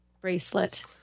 bracelet